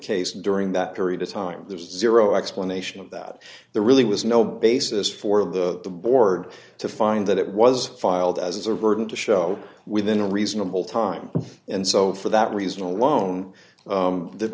case during that period of time there's zero explanation of that there really was no basis for the board to find that it was filed as a written to show within a reasonable time and so for that reason alone